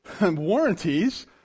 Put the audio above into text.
warranties